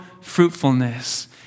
fruitfulness